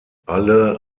alle